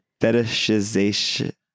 Fetishization